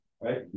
right